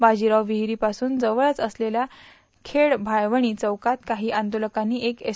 बाजीराव विहिरी पासून जवळच असलेल्या खेडमाळवणी चौकात काही आंदोलकांनी एका एस